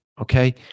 Okay